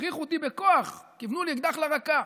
הכריחו אותי, בכוח, כיוונו לי אקדח לרקה.